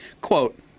Quote